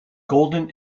golden